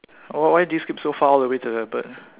why why did you skip so far all the way to the bird